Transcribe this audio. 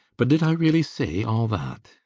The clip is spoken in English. but did i really say all that?